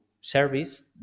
service